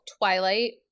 Twilight